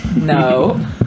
No